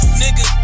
nigga